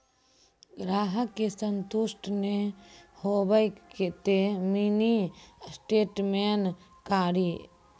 ग्राहक के संतुष्ट ने होयब ते मिनि स्टेटमेन कारी?